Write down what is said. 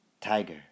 Tiger